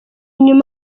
nyuma